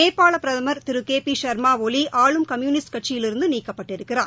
நேபாள பிரதமர் திரு கே பி ஷர்மா ஒலி ஆளும் கம்யூனிஸ்ட் கட்சியிலிருந்து நீக்கப்பட்டிருக்கிறார்